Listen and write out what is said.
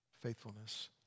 faithfulness